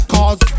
Cause